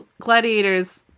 gladiators